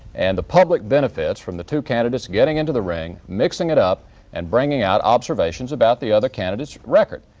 and the public benefits from the two candidates getting into the ring, mixing it up and bringing out observations about the other candidate's record.